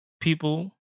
people